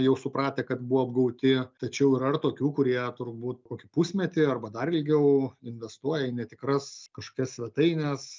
jau supratę kad buvo apgauti tačiau yra ir tokių kurie turbūt kokį pusmetį arba dar ilgiau investuoja į netikras kažkokias svetaines